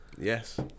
Yes